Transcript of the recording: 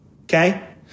Okay